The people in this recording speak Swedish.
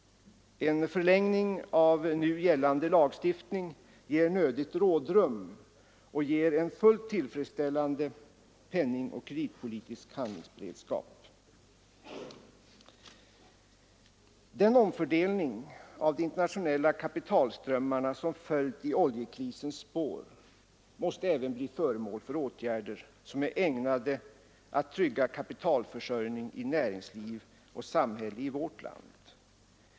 En förlängning av nu gällande lagstiftning ger både nödigt rådrum och en fullt tillfredsställande penningoch kreditpolitisk handlingsberedskap. Den omfördelning av de internationella kapitalströmmarna som följt i oljekrisens spår måste även bli föremål för åtgärder som är ägnade att trygga kapitalförsörjning i näringsliv och samhälle.